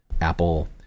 Apple